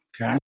okay